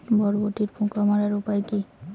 বরবটির পোকা মারার উপায় কি?